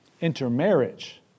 Intermarriage